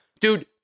dude